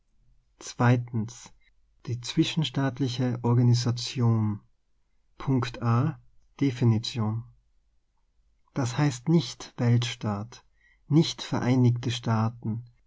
die zwischenstaatliche organisation a definition das heißt nicht weltstaat nicht vereinigte staaten